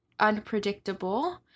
unpredictable